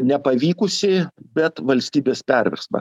nepavykusį bet valstybės perversmą